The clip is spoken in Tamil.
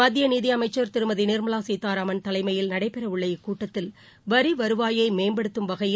மத்திய நிதி அமைச்சர் திருமதி நிர்மலா சீதாராமன் தலைமையில் நடைபெறவுள்ள இக்கூட்டத்தில் வருவாயை மேம்படுத்தும் வகையில்